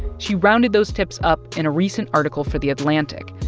she rounded those tips up in a recent article for the atlantic.